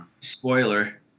Spoiler